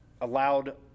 allowed –